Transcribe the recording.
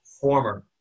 former